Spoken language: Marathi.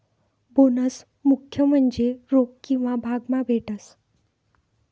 बोनस मुख्य म्हन्जे रोक किंवा भाग मा भेटस